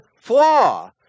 flaw